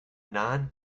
non